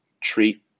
treat